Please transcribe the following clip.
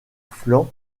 flanc